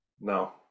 no